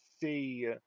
see